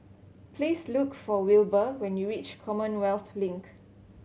please look for Wilber when you reach Commonwealth Link